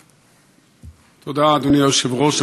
תודה, אדוני היושב-ראש.